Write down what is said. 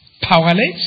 powerless